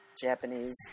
Japanese